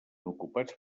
ocupats